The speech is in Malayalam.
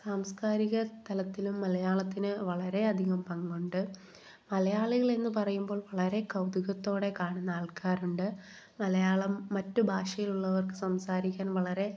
സാംസ്കാരിക തലത്തിലും മലയാളത്തിന് വളരെയധികം പങ്കുണ്ട് മലയാളികൾ എന്ന് പറയുമ്പോൾ വളരെ കൗതുകത്തോടെ കാണുന്ന ആൾക്കാരുണ്ട് മലയാളം മറ്റു ഭാഷയിലുള്ളവർക്ക് സംസാരിക്കാൻ വളരെ